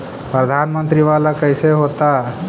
प्रधानमंत्री मंत्री वाला कैसे होता?